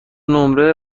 نمره